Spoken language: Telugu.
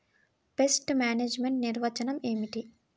పెస్ట్ మేనేజ్మెంట్ నిర్వచనం ఏమిటి?